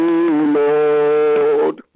Lord